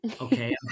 Okay